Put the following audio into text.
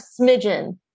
smidgen